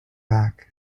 back